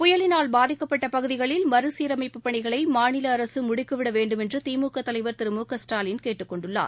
புயலினால் பாதிக்கப்பட்டபகுதிகளில் மறுசீரமைப்புப் பணிகளைமாநிலஅரசுமுடுக்கிவிடவேண்டும் என்றுதிமுகதலைவர் திரு மு க ஸ்டாலின் கேட்டுக் கொண்டுள்ளார்